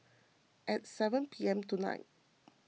at seven P M tonight